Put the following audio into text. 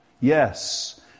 Yes